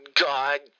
God